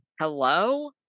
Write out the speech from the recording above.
hello